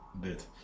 bit